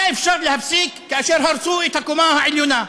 היה אפשר להפסיק כאשר הרסו את הקומה העליונה.